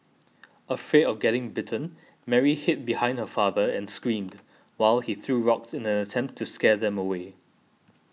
afraid of getting bitten Mary hid behind her father and screamed while he threw rocks in an attempt to scare them away